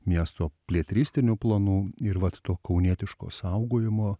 miesto plėtristinių planų ir vat to kaunietiško saugojimo